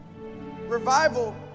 Revival